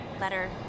Letter